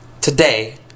today